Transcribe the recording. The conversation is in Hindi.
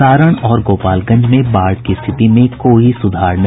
सारण और गोपालगंज में बाढ़ की स्थिति में कोई सुधार नहीं